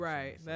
Right